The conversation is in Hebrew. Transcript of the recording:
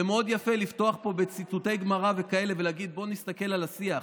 זה מאוד יפה לפתוח פה בציטוטי גמרא וכאלה ולהגיד: בוא נסתכל על השיח,